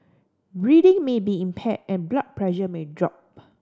breathing may be impair and blood pressure may drop